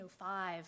1905